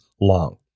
long